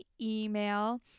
email